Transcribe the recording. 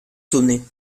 sonnait